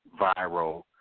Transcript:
viral